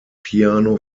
piano